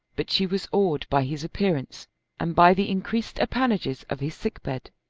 but she was awed by his appearance and by the increased appanages of his sick-bed.